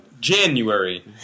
January